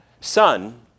son